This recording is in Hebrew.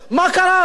מה קרה?